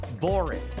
boring